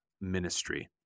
ministry